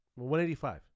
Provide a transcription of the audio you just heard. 185